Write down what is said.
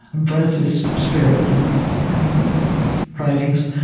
and breath is spirit in the in the writings.